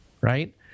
right